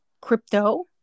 crypto